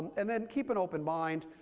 and then keep an open mind.